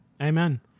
Amen